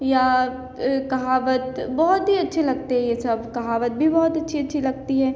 या कहावत बहुत ही अच्छे लगते ये सब कहावत भी बहुत अच्छी अच्छी लगती है